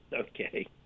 Okay